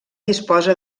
disposa